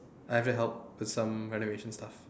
I have to help with some renovation stuffs